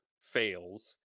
Fails